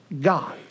God